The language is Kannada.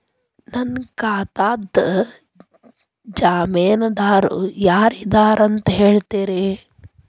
ನನ್ನ ಖಾತಾದ್ದ ಜಾಮೇನದಾರು ಯಾರ ಇದಾರಂತ್ ಹೇಳ್ತೇರಿ?